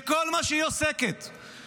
כשכל מה שהיא עוסקת בו,